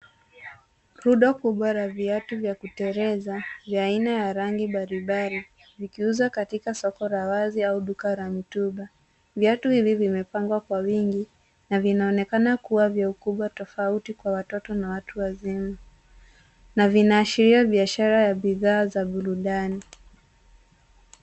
Rundo kubwa la viatu vya kuteleza vya aina ya rangi mbalimbali vikiuzwa katika soko la wazi au duka la mitumba. Viatu hivi vimepangwa kwa wingi na vinaonekana kuwa ukubwa tofauti kwa watoto na watu wazima, na vinaashiria biashara ya bidhaa za burudani.